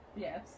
Yes